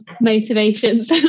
motivations